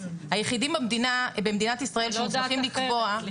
היחידים במדינת ישראל שמוסמכים לקבוע -- זו לא דת אחרת,